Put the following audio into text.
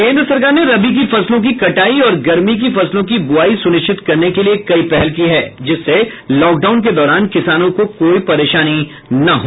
केन्द्र सरकार ने रबी की फसलों की कटाई और गर्मी की फसलों की ब्रुवाई सुनिश्चित करने के लिए कई पहल की है जिससे लॉकडाउन के दौरान किसानों को कोई परेशानी न हो